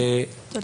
תודה.